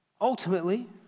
Ultimately